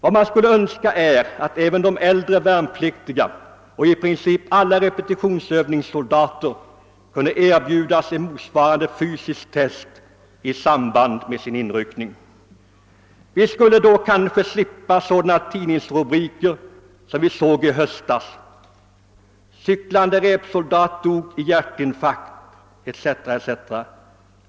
Vad man skulle önska är att även åt äldre värnpliktiga och i princip alla repetitionsövningssoldater kunde erbjudas en motsvarande fysisk test i samband med deras inryckning. Vi skulle då kanske slippa tidningsrubriker av följande slag, som vi såg i höstas: »Cyklande repsoldat dog i hjärtinfarkt» etc.